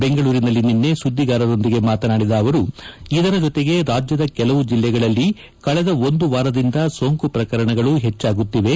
ಬೆಂಗಳೂರಿನಲ್ಲಿ ನಿನ್ನೆ ಸುದ್ದಿಗಾರರೊಂದಿಗೆ ಮಾತನಾಡಿದ ಅವರು ಇದರ ಜೊತೆಗೆ ರಾಜ್ದದ ಕೆಲವು ಜಿಲ್ಲೆಗಳಲ್ಲಿ ಕಳೆದ ಒಂದು ವಾರದಿಂದ ಸೋಂಕು ಪ್ರಕರಣಗಳು ಹೆಚ್ಚಾಗುತ್ತಿವೆ